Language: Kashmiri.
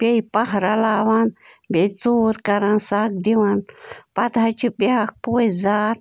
بیٚیہِ پَہ رَلاوان بیٚیہِ ژوٗر کَران سَگ دِوان پَتہٕ حظ چھِ بیٛاکھ پوشہٕ زاتھ